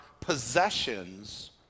possessions